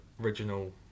original